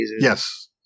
Yes